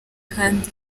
kandi